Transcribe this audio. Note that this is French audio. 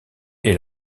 est